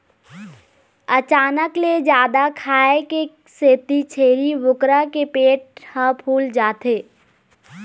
अचानक ले जादा खाए के सेती छेरी बोकरा के पेट ह फूल जाथे